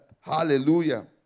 Hallelujah